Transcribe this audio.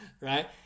Right